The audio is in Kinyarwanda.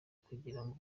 kugirango